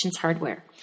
hardware